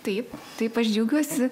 taip taip aš džiaugiuosi